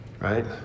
right